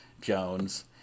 Jones